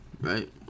right